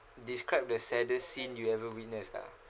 describe the saddest scene you ever witnessed ah